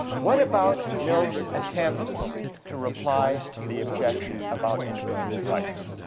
what about mill's attempt to reply to the objection about individual rights?